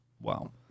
Wow